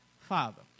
Father